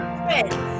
friends